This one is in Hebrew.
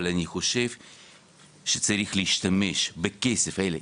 אבל אני חושב שצריך להשתמש בכסף הזה,